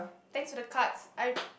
thanks for the cards I